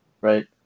right